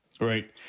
Right